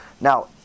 Now